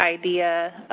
idea